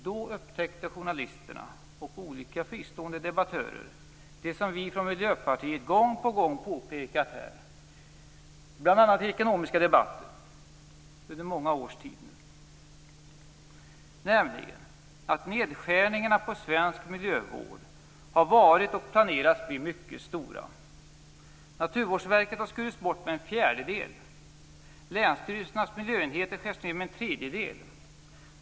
Då upptäckte journalisterna och olika fristående debattörer det som vi från Miljöpartiet påpekat gång på gång bl.a. i ekonomiska debatter under många års tid, nämligen att nedskärningarna på svensk miljövård har varit och planeras bli mycket stora. Naturvårdsverket har skurits bort med en fjärdedel. Länsstyrelsernas miljöenheter skärs ned med en tredjedel.